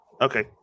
Okay